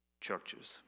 churches